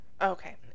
Okay